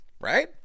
Right